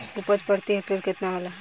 उपज प्रति हेक्टेयर केतना होला?